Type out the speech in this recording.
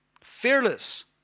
Fearless